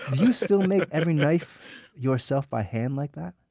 you still make every knife yourself by hand like that?